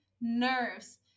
nerves